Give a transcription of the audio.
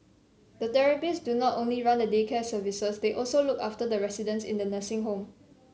the therapists do not only run the day care services they also look after the residents in the nursing home